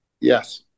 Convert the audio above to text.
yes